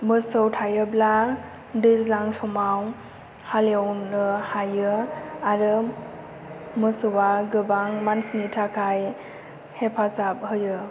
मोसौ थायोब्ला दैज्लां समाव हाल एवनो हायो आरो मोसौआ गोबां मानसिनि थाखाय हेफाजाब होयो